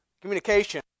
communication